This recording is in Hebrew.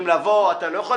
יש ימים